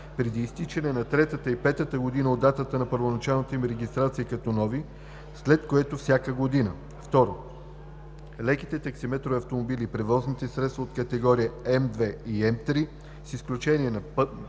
преди изтичане на третата и петата година от датата на първоначалната им регистрация като нови, след което всяка година; 2. леките таксиметрови автомобили и превозните средства от категория M2 и M3, с изключение на